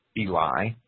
Eli